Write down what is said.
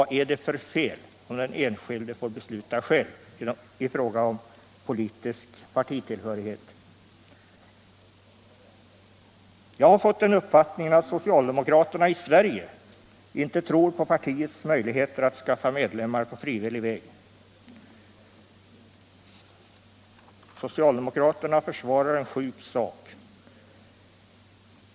Vad är det för fel om den enskilde får besluta = själv i fråga om politisk partitillhörighet? Frioch rättigheter i Jag har fått den uppfattningen att socialdemokraterna i Sverige inte grundlag tror på partiets möjligheter att skaffa medlemmar på frivillig väg. So cialdemokraterna försvarar en sjuk sak.